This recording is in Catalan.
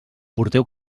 porteu